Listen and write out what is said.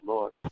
Lord